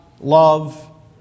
love